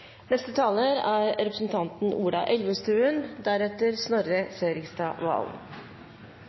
Neste taler er representanten Ola Elvestuen, deretter representanten Snorre Serigstad Valen.